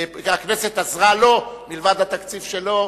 הכנסת עזרה לו מלבד התקציב שלו,